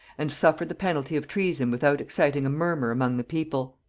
and suffered the penalty of treason without exciting a murmur among the people.